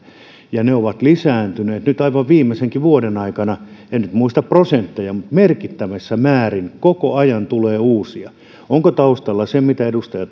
ja ne ovat lisääntyneet nyt aivan viimeisenkin vuoden aikana en nyt muista prosentteja mutta merkittävissä määrin koko ajan tulee uusia onko taustalla se mitä edustaja